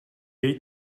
jej